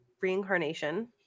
reincarnation